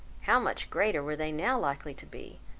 how much greater were they now likely to be,